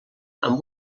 amb